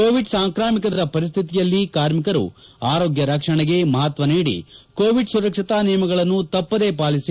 Covid ಸಾಂಕ್ರಾಮಿಕದ ಪರಿಸ್ಥಿತಿಯಲ್ಲಿ ಕಾರ್ಮಿಕರು ಆರೋಗ್ಯ ರಕ್ಷಣೆಗೆ ಮಹತ್ವ ನೀಡಿ ಕೋವಿಡ್ ಸುರಕ್ಷತಾ ಕ್ರಮಗಳನ್ನು ತಪ್ಪದೇ ಪಾಲಿಸಿ